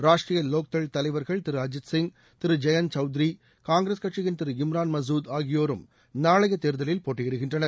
ராஷ்டிரிய லோக் தள் தலைவர்கள் திரு அஜித் சிங் திரு ஜெயந்த் சவுதிரி காங்கிரஸ் கட்சியின் திரு இம்ரான் மசூத் ஆகியோரும் நாளைய தேர்தலில் போட்டியிடுகின்றனர்